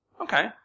Okay